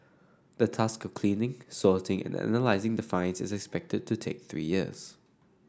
the task cleaning sorting and analysing the finds is expected to take three years